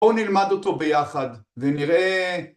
בואו נלמד אותו ביחד, ונראה...